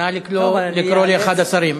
נא לקרוא לאחד השרים.